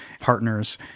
partners